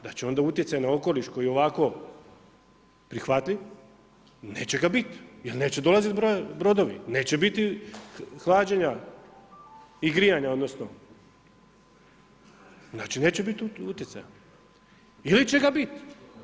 Da će utjecaj na okoliš koji je ovako prihvatljiv, neće ga biti, jer neće dolaziti brodovi, neće biti hlađenja i grijanja, odnosno, znači neće biti uticaja, ili će ga biti.